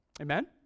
Amen